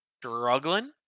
struggling